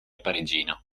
parigino